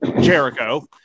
Jericho